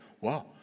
wow